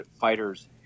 fighters